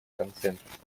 консенсусом